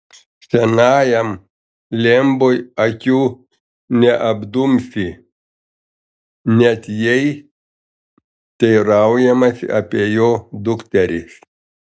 senajam lembui akių neapdumsi net jei teiraujamasi apie jo dukteris